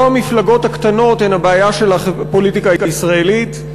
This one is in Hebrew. לא המפלגות הקטנות הן הבעיה של הפוליטיקה הישראלית,